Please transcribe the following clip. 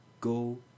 Go